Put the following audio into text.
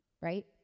Right